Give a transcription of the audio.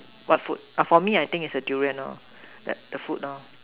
what food for me I think is the Durian that the food